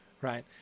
Right